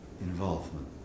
involvement